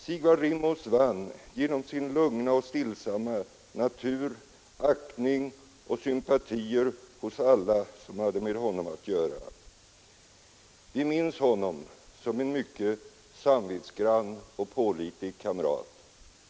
Sigvard Rimås vann genom sin lugna och stillsamma natur aktning och sympatier hos alla som hade med honom att göra. Vi minns honom som en mycket samvetsgrann och pålitlig kamrat.